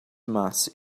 mass